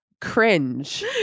cringe